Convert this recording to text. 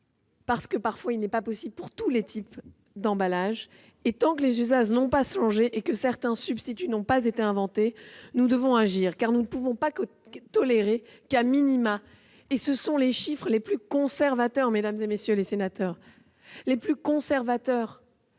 possible, car il n'est pas possible pour tous les types d'emballage, tant que les usages n'ont pas changé et que certains substituts n'ont pas été inventés, nous devons agir, parce que nous ne pouvons pas tolérer que,- en prenant les chiffres les plus conservateurs, mesdames, messieurs les sénateurs, c'est-à-dire les